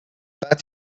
but